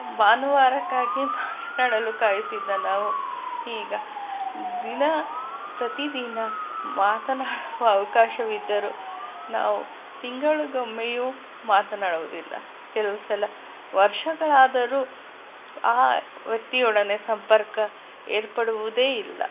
ಭಾನುವಾರಕ್ಕಾಗಿ ಮಾತನಾಡಲು ಕಾಯುತ್ತಿದ್ದ ನಾವು ಈಗ ದಿನ ಪ್ರತಿದಿನ ಮಾತನಾಡುವ ಅವಕಾಶವಿದ್ದರು ನಾವು ತಿಂಗಳಿಗೊಮ್ಮೆಯೂ ಮಾತನಾಡುವುದಿಲ್ಲ ಕೆಲವು ಸಲ ವರ್ಷಗಳಾದರೂ ಆ ವ್ಯಕ್ತಿಯೊಡನೆ ಸಂಪರ್ಕ ಏರ್ಪಡುವುದೇ ಇಲ್ಲ